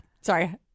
Sorry